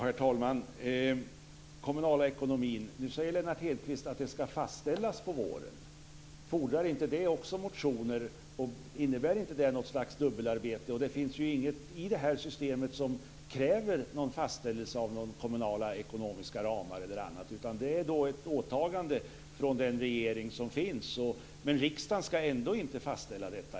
Herr talman! Nu säger Lennart Hedquist att den kommunala ekonomin ska fastställas på våren. Fordrar inte också det motioner, och innebär inte också det något slags dubbelarbete? Det finns inget i systemet som kräver någon fastställelse av kommunala ekonomiska ramar eller annat. Det är ett åtagande från den regering som finns, men riksdagen ska ändå inte fastställa detta.